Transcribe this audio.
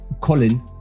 Colin